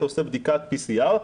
אתה עושה בדיקת PCR,